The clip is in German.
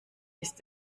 ist